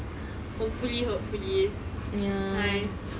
hopefully hopefully !hais!